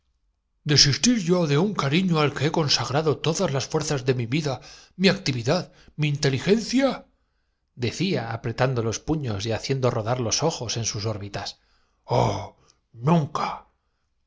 desistir yo de un cariño al que he consagrado corramos todas las fuerzas de mi vida mi actividad mi inteli no no temáisinterpuso el tutor pasando para gencia decía apretando los puños y haciendo rodar detenerlos de la amenaza á la súplica una voladura los ojos en sus órbitas oh nunca